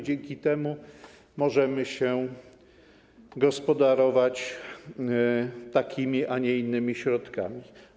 Dzięki temu możemy gospodarować takimi, a nie innymi środkami.